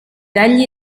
egli